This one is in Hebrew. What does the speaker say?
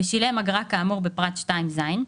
ושילם אגרה כאמור בפרט 2ז,